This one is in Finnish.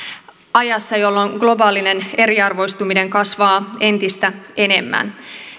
ajassa jolloin globaalinen eriarvoistuminen kasvaa entistä enemmän